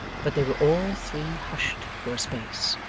but they were all three hushed for a space,